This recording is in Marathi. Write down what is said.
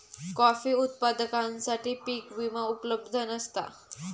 कॉफी उत्पादकांसाठी पीक विमा उपलब्ध नसता